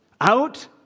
out